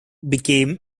became